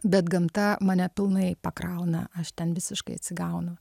bet gamta mane pilnai pakrauna aš ten visiškai atsigaunu